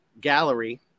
gallery